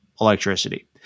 electricity